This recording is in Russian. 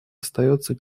остается